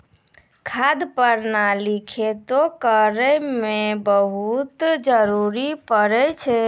खाद प्रणाली खेती करै म बहुत जरुरी पड़ै छै